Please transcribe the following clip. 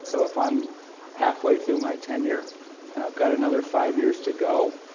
so if i'm halfway through my tenure and i've got another five years to go,